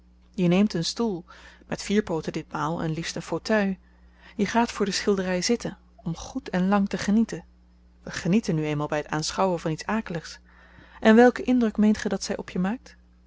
je neemt een stoel met vier pooten ditmaal en liefst een fauteuil je gaat voor de schildery zitten om goed en lang te genieten we genieten nu eenmaal by t aanschouwen van iets akeligs en welken indruk meent ge dat zy op je maakt